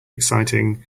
exciting